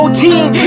team